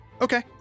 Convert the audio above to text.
Okay